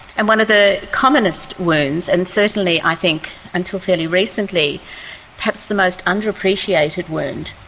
and one of the commonest wounds, and certainly i think until fairly recently perhaps the most under-appreciated wound,